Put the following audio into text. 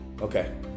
Okay